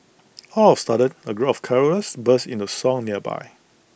all of A sudden A group of carollers burst into song nearby